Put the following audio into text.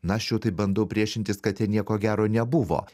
na aš jau taip bandau priešintis kad ten nieko gero nebuvo